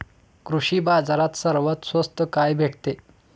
कृषी बाजारात सर्वात स्वस्त काय भेटते?